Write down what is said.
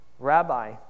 Rabbi